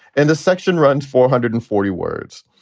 and this section runs four hundred and forty words.